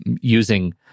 using